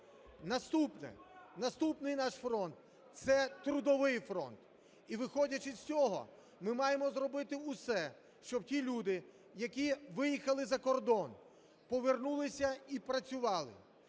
Наступний наш фронт – це трудовий фронт. І виходячи з цього, ми маємо зробити усе, щоб ті люди, які виїхали за кордон, повернулися і працювали,